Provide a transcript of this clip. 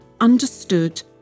understood